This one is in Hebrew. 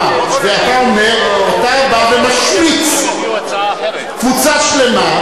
אתה בא ומשמיץ קבוצה שלמה,